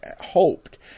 hoped